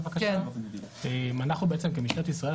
אנחנו כמשטרת ישראל,